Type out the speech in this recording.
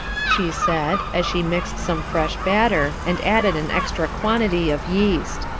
she said, as she mixed some fresh butter and added an extra quantity of yeast.